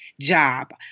job